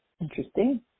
Interesting